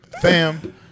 fam